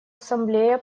ассамблея